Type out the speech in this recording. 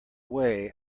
way